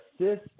assist